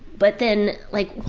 but then like,